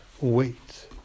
wait